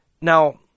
Now